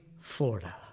florida